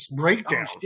breakdown